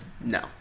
No